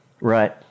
Right